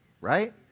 Right